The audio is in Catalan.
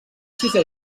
sisè